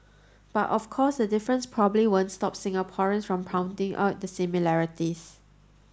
but of course the difference probably won't stop Singaporeans from pointing out the similarities